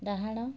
ଡାହାଣ